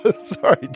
Sorry